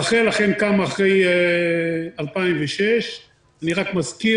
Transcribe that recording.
רח"ל אכן קמה אחרי 2006. אני רק אזכיר